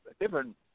different